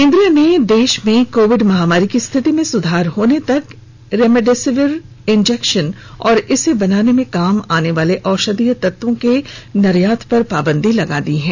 केंद्र ने देश में कोविड महामारी की स्थिति में सुधार होने तक रेमडेसिविर इन्जेक्शन और इसे बनाने में काम आने वाले औषधीय तत्वों के निर्यात पर पाबंदी लगा दी है